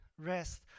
Rest